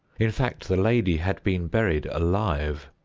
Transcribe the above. in fact, the lady had been buried alive.